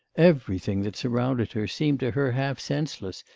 everything that surrounded her seemed to her half-senseless,